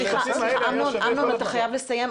אני אומר שבדיונים הייתה עמדה פחות חריפה.